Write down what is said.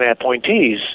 appointees